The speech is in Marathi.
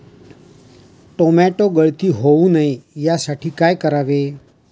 टोमॅटो गळती होऊ नये यासाठी काय करावे?